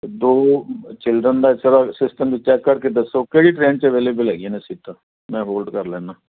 ਦੋ ਚਿਲਡਰਨ ਦਾ ਜਰਾ ਸਿਸਟਮ ਵਿੱਚ ਚੈੱਕ ਕਰਕੇ ਦੱਸੋ ਕਿਹੜੀ ਟਰੇਨ 'ਚ ਅਵੇਲੇਬਲ ਹੈਗੀਆਂ ਨੇ ਸੀਟਾਂ ਮੈਂ ਹੋਲਡ ਕਰ ਲੈਂਦਾ